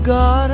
God